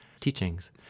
teachings